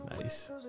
nice